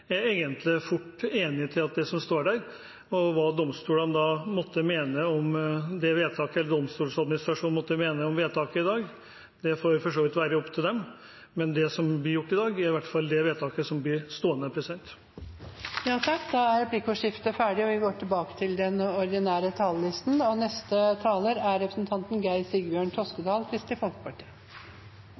er fullt ut enig i det som står der. Hva Domstoladministrasjonen måtte mene om vedtaket i dag, får for så vidt være opp til dem, men det som blir gjort i dag, er i hvert fall det vedtaket som blir stående. Replikkordskiftet er omme. I dag er Kristelig Folkeparti innstilt på å bidra til å vedta en ny og moderne domstolstruktur. Målet er